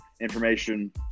information